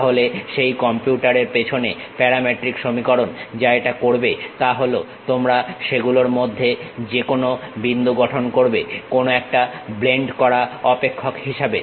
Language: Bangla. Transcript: তাহলে সেই কম্পিউটারের পেছনে প্যারামেট্রিক সমীকরণ যা এটা করবে তা হলো তোমরা সেগুলোর মধ্যে যে কোন বিন্দু গঠন করবে কোনো একটা ব্লেন্ড করা অপেক্ষক হিসাবে